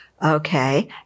Okay